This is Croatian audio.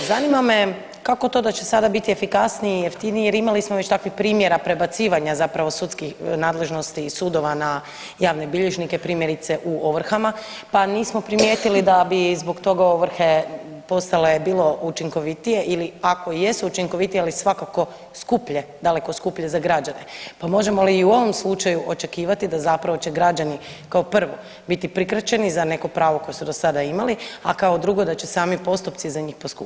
Zanima me kako to da će sada biti efikasniji i jeftiniji jer imali smo već takvih primjera prebacivanja zapravo sudskih nadležnosti iz sudova na javne bilježnike primjerice u ovrhama pa nismo primijetili da bi zbog toga ovrhe postale bilo učinkovitije ili ako jesu učinkovitije ali svakako skuplje, daleko skuplje za građane, pa možemo li u ovom slučaju očekivati da zapravo će građani kao prvo biti prikraćeni za neko pravo koje su dosada imali, a kao drugo da će sami postupci za njih poskupjeti.